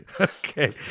Okay